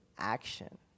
action